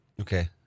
Okay